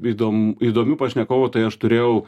įdom įdomių pašnekovų tai aš turėjau